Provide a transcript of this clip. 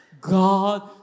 God